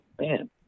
man